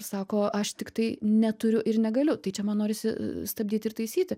sako aš tiktai neturiu ir negaliu tai čia man norisi stabdyti ir taisyti